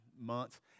months